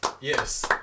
Yes